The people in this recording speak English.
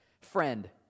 Friend